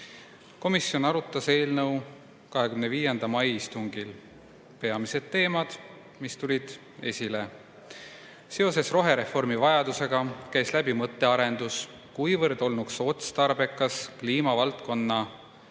Komisjon arutas eelnõu 25. mai istungil. Räägin peamistest teemadest, mis esile tulid. Seoses rohereformi vajadusega käis läbi mõttearendus, kuivõrd olnuks otstarbekas kliimavaldkonna